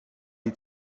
die